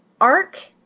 arc